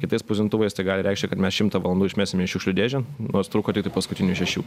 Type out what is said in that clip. kitais spausdintuvais tegali reikšti kad mes šimtą valandų išmesim į šiukšlių dėžę nors truko tiktai paskutinių šešių